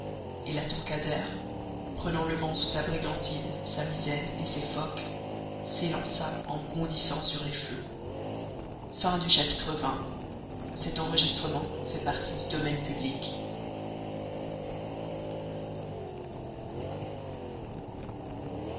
et la tankadère prenant le vent sous sa brigantine sa misaine et ses focs s'élança en bondissant sur les flots